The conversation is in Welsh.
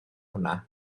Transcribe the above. hwnna